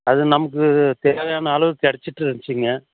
அது நமக்கு தேவையான அளவு கிடச்சிட்ருந்ச்சிங்க